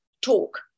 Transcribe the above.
talk